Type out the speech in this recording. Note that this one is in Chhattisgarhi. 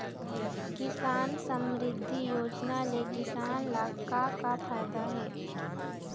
किसान समरिद्धि योजना ले किसान ल का का फायदा हे?